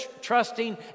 trusting